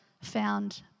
found